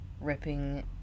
ripping